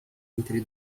entre